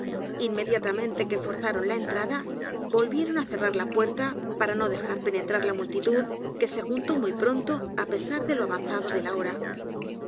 inmediatamente que forzaron la entrada volvieron á cerrar la puerta para no dejar penetrar la multitud que se juntó muy pronto á pesar de lo avanzado de la hora